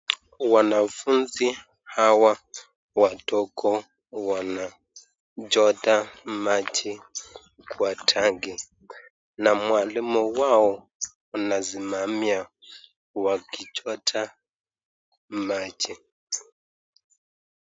Wanafunzi hawa wadogo wanachota maji kwa tangi, na mwalimu wao wanasimamia wakichota maji.